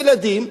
ילדים.